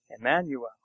Emmanuel